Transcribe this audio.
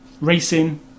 racing